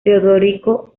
teodorico